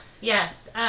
Yes